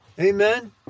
Amen